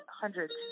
hundreds